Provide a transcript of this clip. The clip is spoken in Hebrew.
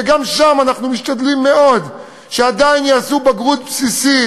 וגם שם אנחנו משתדלים מאוד שעדיין יעשו בגרות בסיסית,